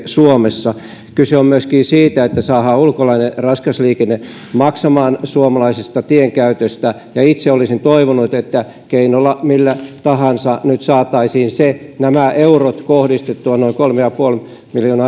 suomessa kyse on myöskin siitä että saadaan ulkolainen raskas liikenne maksamaan suomalaisesta tienkäytöstä itse toivoisin että keinolla millä tahansa saataisiin nämä eurot nyt kohdistettua noin kolme pilkku viisi miljoonaa